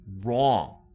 wrong